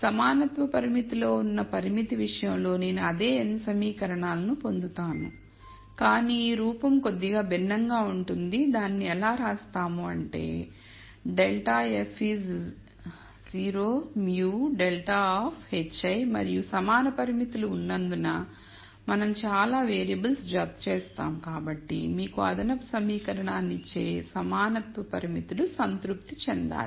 సమానత్వ పరిమితులతో ఉన్న పరిమితి విషయంలో నేను అదే n సమీకరణాలను పొందుతాను కాని రూపం కొద్దిగా భిన్నంగా ఉంటుంది దానిని ఎలా రాస్తాముఅంటే ∇ f is σ λi ∇ of hi మరియు సమాన పరిమితులు ఉన్నందున మనం చాలా వేరియబుల్స్ను జతచేస్తాము కాబట్టి మీకు అదనపు సమీకరణాన్ని ఇచ్చే సమానత్వ పరిమితులు సంతృప్తి చెందాలి